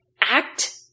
act